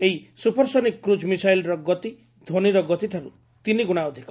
ଏହି ସପରସୋନିକ୍ କୁକ୍ ମିଶାଇଲର ଗତି ଧ୍ୱନିର ଗତିଠାରୁ ତିନିଗୁଣା ଅଧିକ